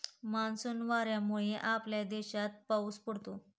monsoon वाऱ्यांमुळे आपल्या देशात पाऊस पडतो